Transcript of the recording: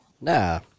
Nah